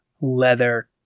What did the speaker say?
Leather